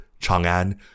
Chang'an